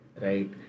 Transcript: right